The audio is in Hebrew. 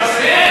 היהודי,